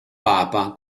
papa